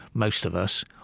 most of us,